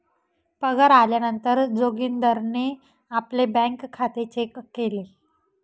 पगार आल्या नंतर जोगीन्दारणे आपले बँक खाते चेक केले